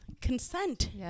Consent